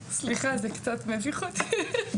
סליחה, זה קצת מביך אותי.